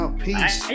peace